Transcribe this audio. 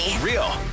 Real